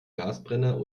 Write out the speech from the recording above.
gasbrenner